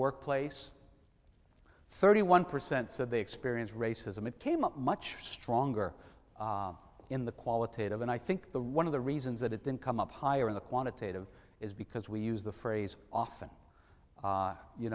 workplace thirty one percent said they experience racism it came up much stronger in the qualitative and i think the one of the reasons that it didn't come up higher in the quantitative is because we use the phrase often